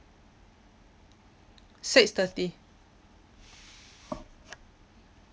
six thirty